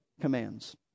commands